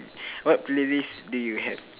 what playlist do you have